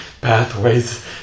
pathways